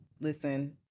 Listen